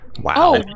Wow